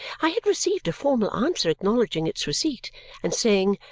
i had received a formal answer acknowledging its receipt and saying,